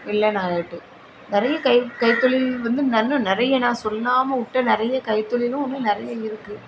இல்லைன்னு ஆகிட்டு நிறைய கை கைத்தொழில் வந்து இன்னும் நிறைய நான் சொல்லாம விட்ட நிறைய கைத்தொழிலும் இன்னும் நிறைய இருக்குது